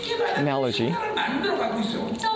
analogy